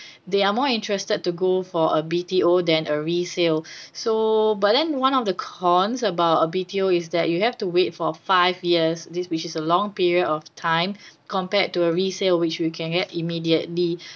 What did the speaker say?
they are more interested to go for a B_T_O then a resale so but then one of the cons about a B_T_O is that you have to wait for five years this which is a long period of time compared to a resale which you can get immediately